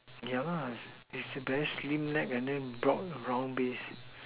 yeah lah is a very slim neck broad brown base